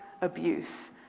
abuse